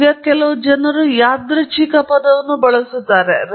ಈಗ ಕೆಲವು ಜನರು ಯಾದೃಚ್ಛಿಕ ಪದವನ್ನು ಬಳಸುತ್ತಾರೆ